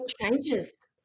changes